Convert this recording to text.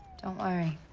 don't worry.